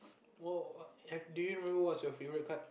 oh have do you remember what is your favourite card